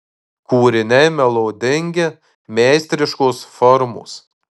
kūriniai melodingi meistriškos formos